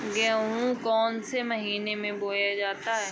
गेहूँ कौन से महीने में बोया जाता है?